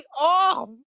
off